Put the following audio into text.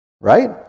right